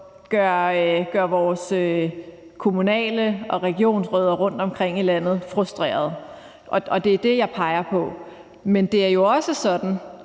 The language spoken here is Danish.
gør vores kommunale og regionsrødder rundtomkring i landet frustrerede, og det er det, jeg peger på. Men det er jo også sådan,